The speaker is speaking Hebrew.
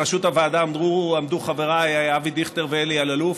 בראשות הוועדה עמדו חבריי אבי דיכטר ואלי אלאלוף.